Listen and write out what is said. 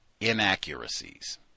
inaccuracies